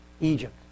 Egypt